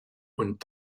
und